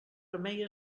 remei